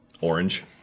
orange